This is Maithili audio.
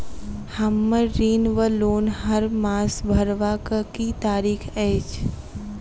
हम्मर ऋण वा लोन हरमास भरवाक की तारीख अछि?